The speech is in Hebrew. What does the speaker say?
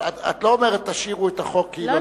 אבל את לא אומרת: תשאירו את החוק כי היא לא נפלה.